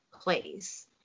place